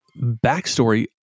Backstory